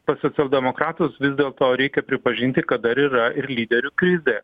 pas demokratus vis dėl to reikia pripažinti kad dar yra ir lyderių krizė